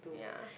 ya